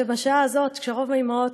בשעה הזאת, כשרוב האימהות